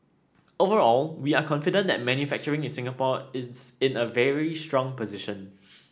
overall we are confident that manufacturing in Singapore is in a very strong position